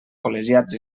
col·legiats